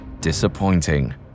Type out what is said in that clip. Disappointing